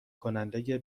کننده